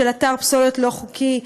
של אתר פסולת לא חוקי.